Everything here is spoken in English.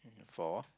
for